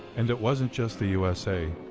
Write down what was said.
and it wasn't just the u s a.